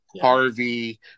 Harvey